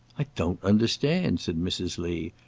i don't understand! said mrs. lee.